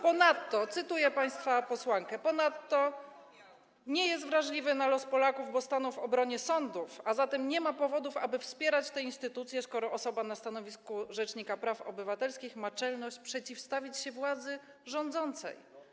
Ponadto, cytuję państwa posłankę, nie jest wrażliwy na los Polaków, bo stanął w obronie sądów, a zatem nie ma powodów, aby wspierać tę instytucję, skoro osoba na stanowisku rzecznika praw obywatelskich ma czelność przeciwstawić się władzy rządzącej.